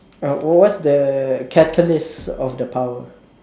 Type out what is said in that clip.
uh what's the catalyst of the power